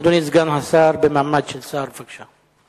אדוני סגן השר במעמד של שר, בבקשה.